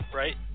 right